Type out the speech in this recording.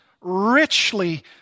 richly